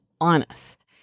honest